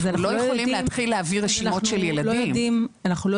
אז אנחנו לא יודעים --- אנחנו לא